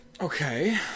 Okay